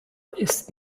ist